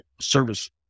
service